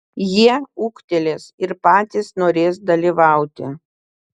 jie ūgtelės ir patys norės dalyvauti